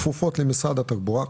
הכפופות למשרד התחבורה,